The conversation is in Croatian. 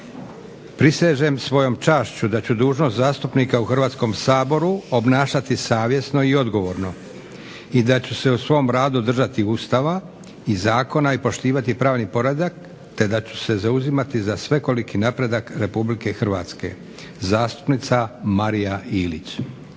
"Prisežem svojom čašću da ću dužnost zastupnika u Hrvatskom saboru obnašati savjesno i odgovorno i da ću se u svom radu držati Ustava i zakona i poštivati pravni poredak te da ću se zauzimati za svekoliki napredak RH. "Zastupnica Marija Ilić.